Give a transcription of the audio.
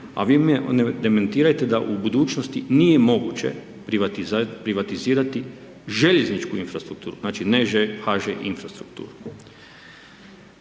a vi me demantirajte da u budućnosti nije moguće privatizirati željezničku infrastrukturu, znači ne HŽ infrastrukturu.